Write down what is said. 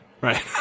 right